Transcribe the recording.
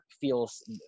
feels